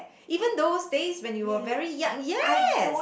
even those days when you were very young yes